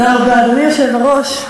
אדוני היושב-ראש,